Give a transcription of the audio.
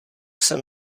jsem